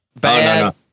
bad